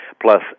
plus